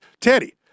Teddy